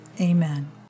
Amen